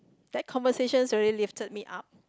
that conversation really lifted me up